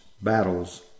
battles